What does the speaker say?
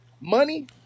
money